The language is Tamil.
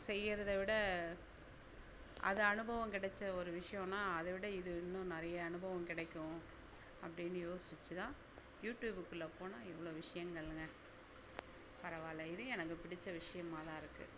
செய்கிறத விட அதுல அனுபவம் கிடைச்ச ஒரு விஷயனா அத விட இதுல இன்னும் நிறைய அனுபவம் கிடைக்கும் அப்படின்னு யோசிச்சுதான் யூடியூபுக்குள்ள போனால் இவ்வளோ விசயங்கள்ங்க பரவாயில்லை இதுவும் எனக்கு பிடிச்ச விஷயமாதான் இருக்கு